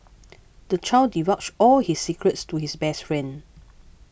the child divulged all his secrets to his best friend